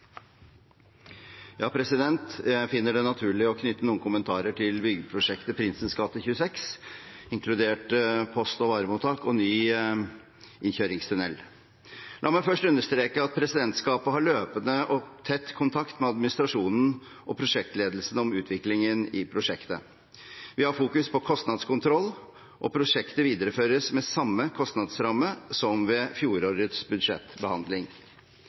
26, inkludert nytt post- og varemottak og ny innkjøringstunnel. La meg først understreke at presidentskapet har løpende og tett kontakt med administrasjonen og prosjektledelsen om utviklingen i prosjektet. Vi har fokus på kostnadskontroll, og prosjektet videreføres med samme kostnadsramme som ved fjorårets budsjettbehandling.